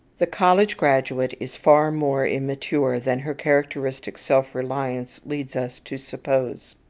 the college graduate is far more immature than her characteristic self-reliance leads us to suppose.